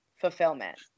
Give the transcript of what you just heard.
Fulfillment